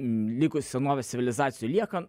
likus senovės civilizacijų liekan